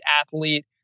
athlete